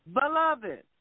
Beloved